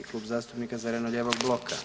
Klub zastupnika zeleno-lijevog bloka.